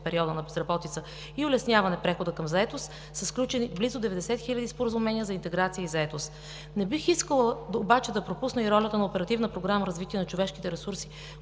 периода на безработица и улесняване прехода към заетост, са сключени близо 90 хиляди споразумения за интеграция и заетост. Не бих искала да пропусна и ролята на Оперативна програма „Развитие на човешките ресурси“,